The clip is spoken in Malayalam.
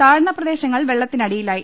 താഴ്ന്ന പ്രദേ ശങ്ങൾ വെള്ളത്തിനടിയിലായി